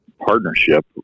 partnership